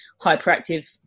hyperactive